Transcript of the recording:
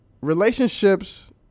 Relationships